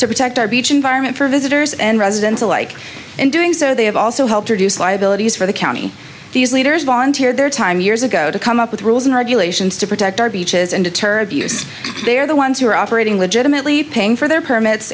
to protect our beach environment for visitors and residents alike in doing so they have also helped reduce liabilities for the county these leaders volunteered their time years ago to come up with rules and regulations to protect our beaches and deter abuse they're the ones who are operating legitimately paying for their permits